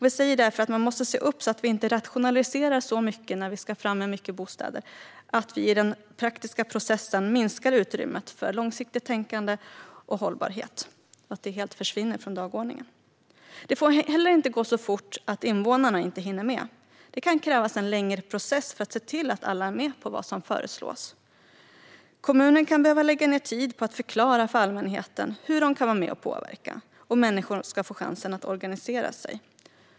Vi säger därför att man måste se upp så att vi inte rationaliserar så mycket när många bostäder ska tas fram att man i den praktiska processen minskar utrymmet för långsiktigt tänkande och hållbarhet, så att det helt försvinner från dagordningen. Det får inte heller gå så fort att invånarna inte hinner med. Det kan krävas en längre process för att se till att alla är med på det som föreslås. Kommunen kan behöva lägga ned tid på att förklara för allmänheten hur man kan vara med och påverka. Människor ska också få chansen att organisera sig.